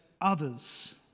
others